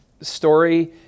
story